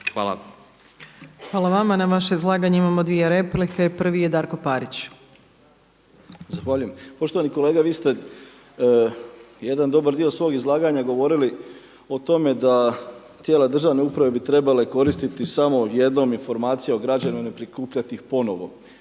(SDP)** Hvala vama. Na vaše izlaganje imamo dvije replike. Prvi je Darko Parić. **Parić, Darko (SDP)** Zahvaljujem. Poštovani kolega vi ste jedan dobar dio svog izlaganja govorili o tome da tijela državne uprave bi trebale koristiti samo jednom informacije o građaninu i ne prikupljati ih ponovo.